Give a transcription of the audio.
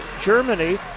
Germany